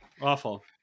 Awful